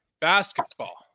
Basketball